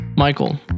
Michael